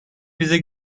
bize